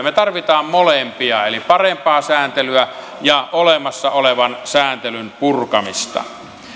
me tarvitsemme molempia eli parempaa sääntelyä ja olemassa olevan sääntelyn purkamista